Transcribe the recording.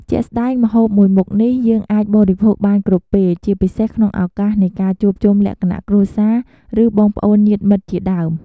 ជាក់ស្ដែងម្ហូបមួយមុខនេះ យើងអាចបរិភោគបានគ្រប់ពេល ជាពិសេសក្នុងឱកាសនៃការជួបជុំលក្ខណៈគ្រួសារ ឬបងប្អូនញាតិមិត្តជាដើម។